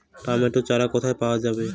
Tomato চারা কোথায় পাওয়া যাবে?